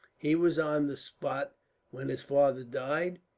he was on the spot when his father died,